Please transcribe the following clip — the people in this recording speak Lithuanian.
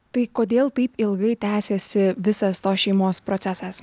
tai kodėl taip ilgai tęsėsi visas tos šeimos procesas